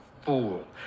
fool